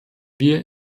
wir